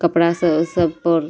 कपड़ा सऽ सब पर